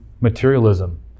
materialism